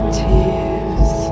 tears